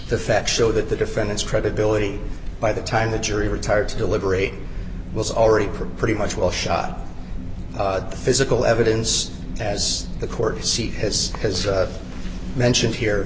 the fact show that the defendant's credibility by the time the jury retired to deliberate was already pretty much well shot the physical evidence as the court see his has mentioned here